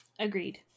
Agreed